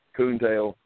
coontail